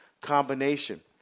combination